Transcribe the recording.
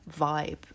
vibe